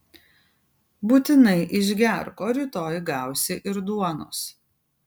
būtinai išgerk o rytoj gausi ir duonos